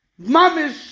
Mamish